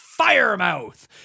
Firemouth